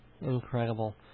Incredible